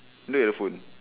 the phone